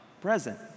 Present